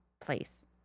place